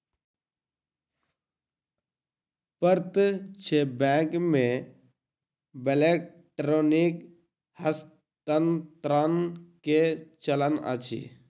प्रत्यक्ष बैंक मे इलेक्ट्रॉनिक हस्तांतरण के चलन अछि